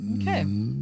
Okay